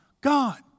God